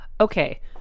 Okay